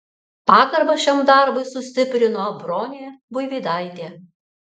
pagarbą šiam darbui sustiprino bronė buivydaitė